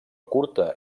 curta